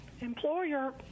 employer